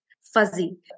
fuzzy